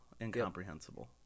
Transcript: Incomprehensible